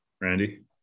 Randy